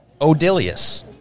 Odilius